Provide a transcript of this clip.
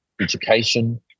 education